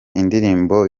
indirimbo